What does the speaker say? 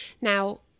Now